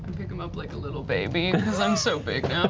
pick him up like a little baby because i'm so big now.